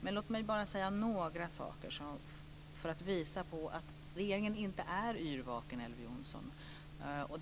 Men låt mig bara säga några saker för att visa på att regeringen inte är yrvaken, Elver Jonsson.